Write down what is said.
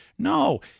No